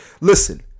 Listen